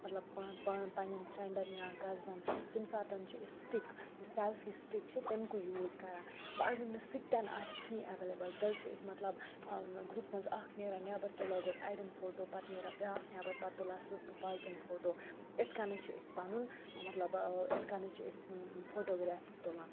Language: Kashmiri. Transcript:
مطلب پنٛنٮ۪ن فرٛٮ۪نٛڈَن یا کزنَن تمہِ ساتَن چھِ أسۍ سِٹِک یُس سٮ۪لفی سِٹِک چھِ تٔمۍ کُے یوٗز کَران وٕ اگر نہٕ سُہ تٮ۪نہٕ آسہِ کِہیٖنۍ اٮ۪وٕلیبٕل تیٚلہِ چھِ أسۍ مطلب گرُپ منٛز اَکھ نیران نیٚبَر تُلو گۄڈٕ اَڑٮ۪ن فوٹو پَتہٕ نیران بیٛاکھ نیٚبَر پَتہٕ تُلان سُہ باقٕیَن فوٹو اِتھ کَنَس چھِ أسۍ پَنُن مطلب اِتھ کَن حظ چھِ أسۍ فوٹوگرٛایفٕز تُلان